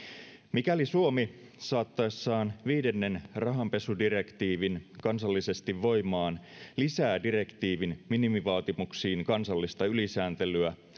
mikäli suomi saattaessaan viidennen rahanpesudirektiivin kansallisesti voimaan lisää direktiivin minimivaatimuksiin kansallista ylisääntelyä